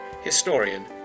historian